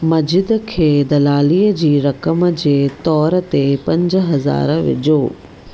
मजिद खे दलालीअ जी रक़म जे तोर ते पंज हज़ार विझो